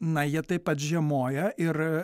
na jie taip pat žiemoja ir